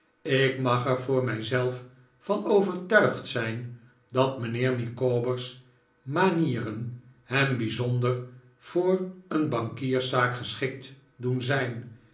ik mag er voor mij zelf van overtuigd zijn dat mijnheer micawber's manieren hem bijzonder voor een bankierszaak geschikt doen zijn